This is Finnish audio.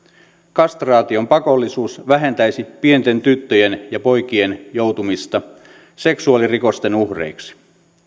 kastraation pakollisuus vähentäisi pienten tyttöjen ja poikien joutumista seksuaalirikosten uhreiksi